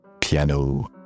piano